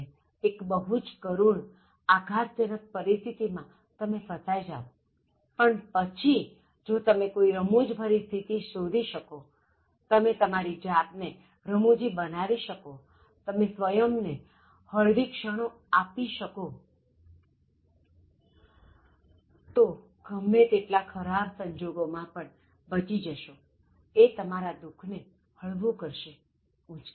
એક બહુ જ કરુણ આઘાતજનક પરિસ્થિતિ માં ફસાઇ જાવ પણ પછી જો તમે કોઇ રમૂજભરી સ્થિતિ શોધી શકો તમે તમારી જાત ને રમૂજી બનાવી શકો તમે સ્વયં ને હળવી ક્ષણો ની વચ્ચે ગોઠવી શકોતો ગમે તેટલા ખરાબ સંજોગો માં પણ બચી જશો એ તમારા દુખને હળવું કરશે ઊંચકી લેશે